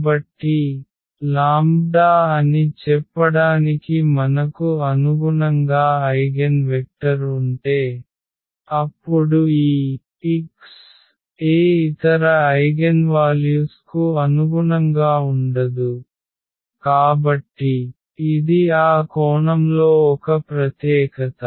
కాబట్టి లాంబ్డా అని చెప్పడానికి మనకు అనుగుణంగా ఐగెన్ వెక్టర్ ఉంటే అప్పుడు ఈ x ఏ ఇతర ఐగెన్వాల్యుస్ కు అనుగుణంగా ఉండదు కాబట్టి ఇది ఆ కోణంలో ఒక ప్రత్యేకత